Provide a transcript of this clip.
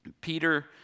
Peter